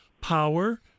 power